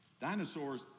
Dinosaurs